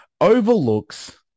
overlooks